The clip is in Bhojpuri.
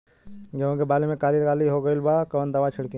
गेहूं के बाली में काली काली हो गइल बा कवन दावा छिड़कि?